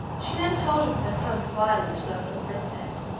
she then told him of her son's violent love for the princess.